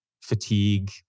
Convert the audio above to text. fatigue